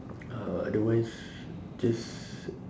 uh otherwise just